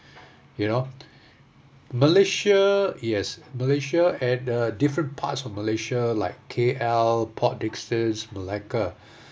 you know malaysia yes malaysia and uh different parts of malaysia like K_L port dickson melaka